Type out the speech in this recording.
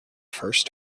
first